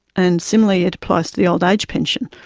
and similarly it applies to the old age pension.